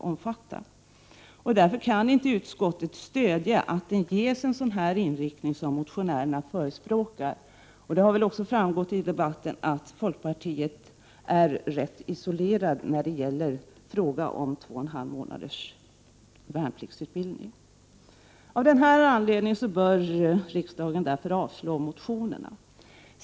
Utskottet kan därför inte stödja att utbildningen ges en sådan inriktning som motionärerna förespråkar. Det har av debatten också framgått att folkpartiet står ganska isolerade i fråga om värnpliktsutbildning på 2,5 månader. Riksdagen bör därför avslå motionerna.